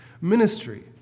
ministry